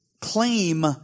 claim